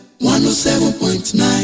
107.9